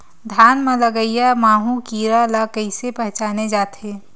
धान म लगईया माहु कीरा ल कइसे पहचाने जाथे?